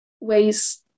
ways